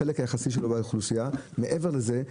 החלק היחסי שלו באוכלוסייה מעבר לזה,